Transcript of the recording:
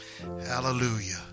Hallelujah